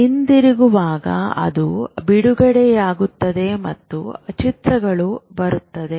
ಹಿಂದಿರುಗುವಾಗ ಅದು ಬಿಡುಗಡೆಯಾಗುತ್ತದೆ ಮತ್ತು ಚಿತ್ರಗಳು ಬರುತ್ತವೆ